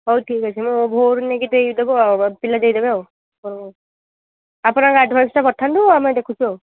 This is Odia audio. ହେଉ ଠିକ୍ ଅଛି ମୁଁ ଭୋର୍ ନେଇକରି ଦେଇଦେବୁ ପିଲା ଦେଇଦେବେ ଆଉ ହଁ ଆପଣ ଆଗ ଆଡଭାନ୍ସଟା ପଠାନ୍ତୁ ଆମେ ଦେଖୁଛୁ ଆଉ